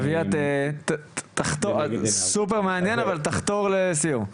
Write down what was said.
אביה, סופר מעניין, אבל תחתור לסיום.